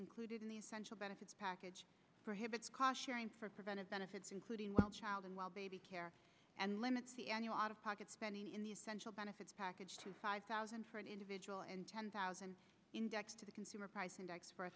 included in the central benefits package prohibits cars sharing for preventive benefits including well child and well baby care and limits the annual out of pocket spending in the essential benefits package to five thousand for an individual and ten thousand indexed to the consumer price index for a